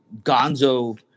gonzo